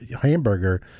hamburger